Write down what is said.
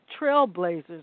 trailblazers